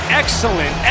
excellent